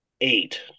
eight